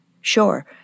Sure